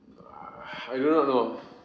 uh I do not know